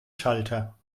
schalter